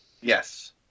Yes